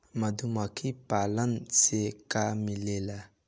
मधुमखी पालन से का मिलेला?